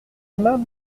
aimâmes